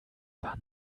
war